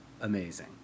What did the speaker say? amazing